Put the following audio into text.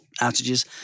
outages